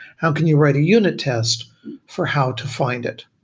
how can you write a unit test for how to find it?